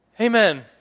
Amen